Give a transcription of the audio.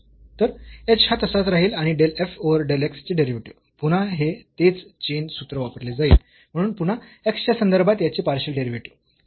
तर h हा तसाच राहिल आणि del f over del x चे डेरिव्हेटिव्ह पुन्हा हे तेच चेन सूत्र वापरले जाईल म्हणून पुन्हा x च्या संदर्भात याचे पार्शियल डेरिव्हेटिव्ह